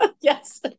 yes